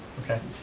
okay,